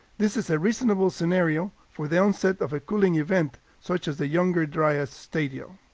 this is a reasonable scenario for the onset of a cooling event, such as the younger dryas stadial.